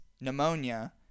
pneumonia